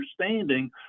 understanding